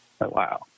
Wow